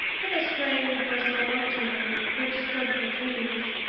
with a stray bristle or two, which stood for trees.